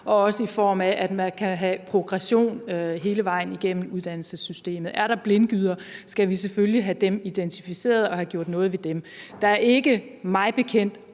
også i form af at man kan have progression hele vejen igennem uddannelsessystemet. Er der blindgyder, skal vi selvfølgelig have dem identificeret og have gjort noget ved dem. Der er mig bekendt